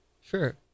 Sure